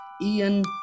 Ian